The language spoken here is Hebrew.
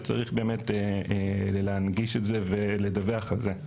וצריך באמת להנגיש את זה ולדווח על זה.